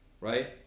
right